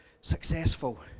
successful